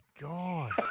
God